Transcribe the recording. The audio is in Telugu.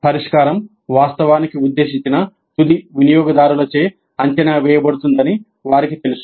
పరిష్కారం వాస్తవానికి ఉద్దేశించిన తుది వినియోగదారులచే అంచనా వేయబడుతుందని వారికి తెలుసు